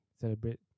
celebrate